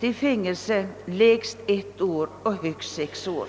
till fängelse i lägst ett år och högst sex år.